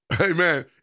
Amen